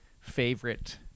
favorite